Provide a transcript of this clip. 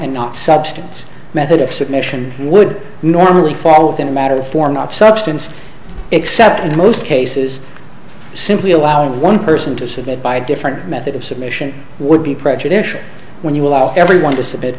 not substance method of submission would normally fall within a matter of form not substance except in most cases simply allowing one person to submit by a different method of submission would be prejudicial when you allow everyone to submit